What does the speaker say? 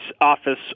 office